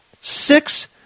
Six